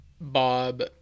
Bob